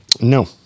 No